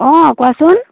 অ' কোৱাচোন